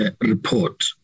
report